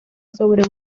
sobre